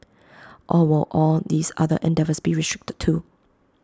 or will all these other endeavours be restricted too